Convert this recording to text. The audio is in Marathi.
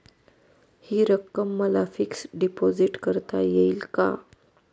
हि रक्कम मला फिक्स डिपॉझिट करता येईल का?